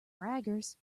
braggers